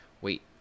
wait